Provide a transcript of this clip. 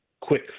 quick